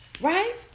Right